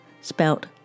spelt